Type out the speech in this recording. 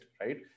right